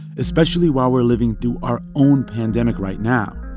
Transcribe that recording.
especially while we're living through our own pandemic right now.